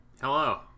Hello